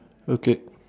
okay